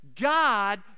god